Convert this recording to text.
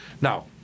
Now